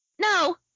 no